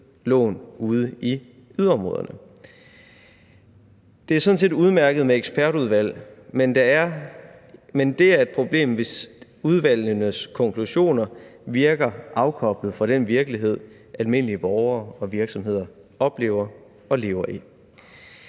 lån ude i yderområderne. Det er sådan set udmærket med ekspertudvalg, men det er et problem, hvis udvalgenes konklusioner virker afkoblet fra den virkelighed, almindelige borgere og virksomheder oplever og lever i.